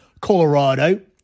Colorado